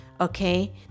okay